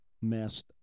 messed